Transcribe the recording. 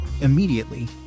immediately